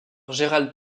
gérald